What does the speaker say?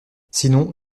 sinon